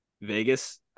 Vegas –